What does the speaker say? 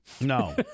No